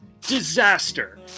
Disaster